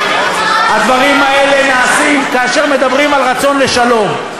הדברים האלה נעשים כאשר מדברים על רצון לשלום.